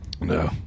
No